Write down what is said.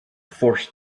forced